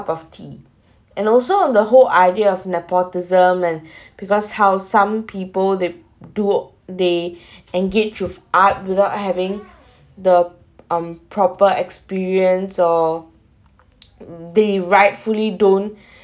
of tea and also on the whole idea of nepotism and because how some people they duo~ they engage with art without having the um proper experience or they rightfully don't